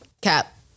cap